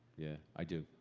yeah, i do.